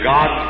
God